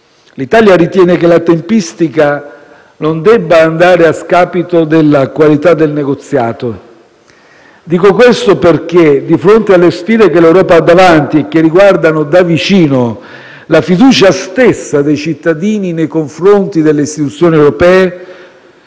L'Italia ritiene che la tempistica non debba andare a scapito della qualità del negoziato. Dico questo perché, di fronte alle sfide che l'Europa ha davanti e riguardano da vicino la fiducia stessa dei cittadini nei confronti delle istituzioni europee,